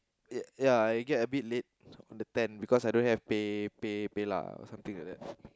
yeah yeah I get a bit late the tan because I don't have the pay pay PayNow something like lah